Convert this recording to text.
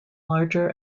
larger